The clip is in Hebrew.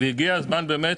והגיע הזמן באמת,